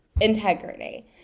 integrity